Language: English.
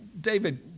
David